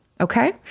Okay